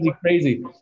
crazy